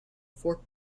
for